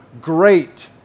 great